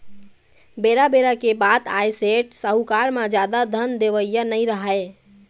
बेरा बेरा के बात आय सेठ, साहूकार म जादा धन देवइया नइ राहय